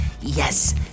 Yes